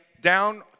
down